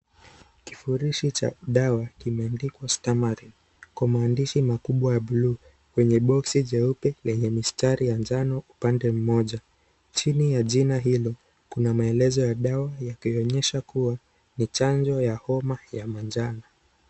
Kifurishi cha dawa kimendi kwa stamari, kwa maandishi makubwa ya bluu, kwenye boksi jeupe, yenye mistari ya jano upande mmoja. Chini ya jina hilo, kuna maelezo ya dawa yakiyonyesha kuwa ni chanjo ya homa ya manjano.